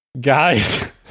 Guys